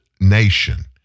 nation